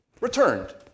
returned